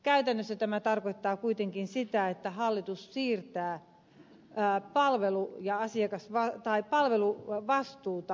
käytännössä tämä tarkoittaa kuitenkin sitä että hallitus siirtää jää palvelu ja asiakasvaa tai palvelu palveluvastuuta potilaalle